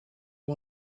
you